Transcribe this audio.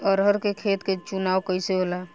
अरहर के खेत के चुनाव कइसे होला?